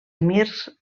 emirs